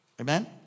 Amen